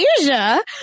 Asia